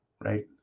Right